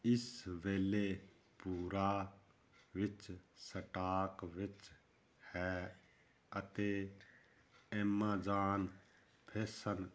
ਇਸ ਵੇਲੇ ਭੂਰਾ ਵਿੱਚ ਸਟਾਕ ਵਿੱਚ ਹੈ ਅਤੇ ਐਮਾਜ਼ਾਨ ਫੈਸ਼ਨ